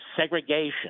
segregation